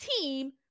team